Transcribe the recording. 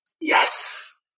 Yes